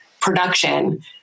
production